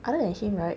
other than him right